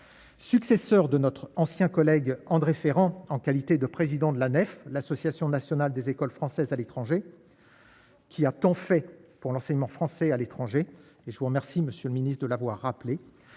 Successeur de notre ancien collègue André Ferrand, en qualité de président de la nef, l'association nationale des écoles françaises à l'étranger. Qui a tant fait pour l'enseignement français à l'étranger et je vous remercie, Monsieur le Ministre de l'avoir rappelé,